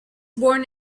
born